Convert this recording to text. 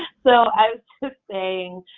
so i'm saying,